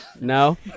No